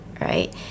right